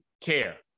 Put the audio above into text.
Care